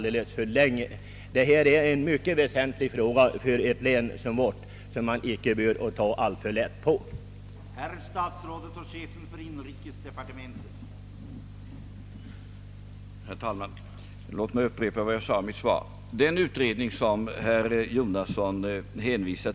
Detta är en väsentlig fråga för ett län som vårt och man bör inte ta alltför lätt på den.